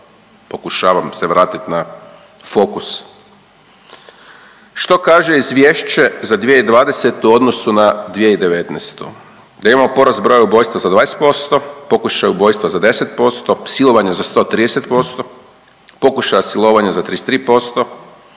pokušavam se vratit na fokus. Što kaže Izvješće za 2020. u odnosu na 2019.? Da imamo porast broj ubojstva za 20%, pokušaj ubojstva za 10%, silovanja za 130%, pokušaja silovanja za 33%,